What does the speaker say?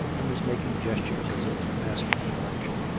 and was making gestures, as if asking for direction.